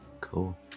cool